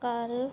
ਕਰ